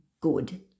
good